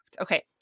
Okay